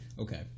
Okay